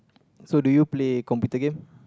so do you play computer game